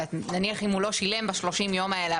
נניח אם הוא לא שילם ב-30 יום האלה,